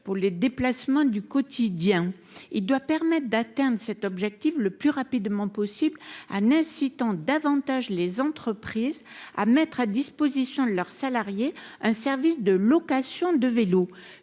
pour les déplacements du quotidien. Son adoption doit permettre d’atteindre cet objectif le plus rapidement possible, en incitant davantage les entreprises à mettre à la disposition de leurs salariés un service de location de vélos.